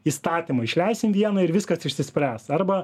įstatymą išleisim vieną ir viskas išsispręs arba